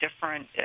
different